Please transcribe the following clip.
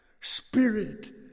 Spirit